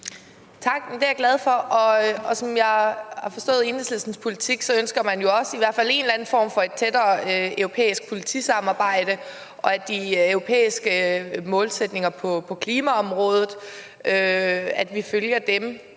Tak. Det er glad for. Og som jeg har forstået Enhedslistens politik, ønsker man jo også i hvert fald en eller anden form for tættere europæisk politisamarbejde, at vi følger de europæiske målsætninger på klimaområdet, og at vi også får